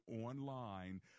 online